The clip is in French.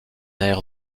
air